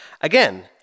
again